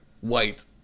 white